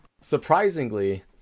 surprisingly